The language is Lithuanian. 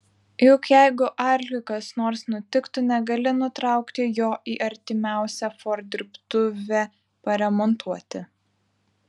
juk jeigu arkliui kas nors nutiktų negali nutraukti jo į artimiausią ford dirbtuvę paremontuoti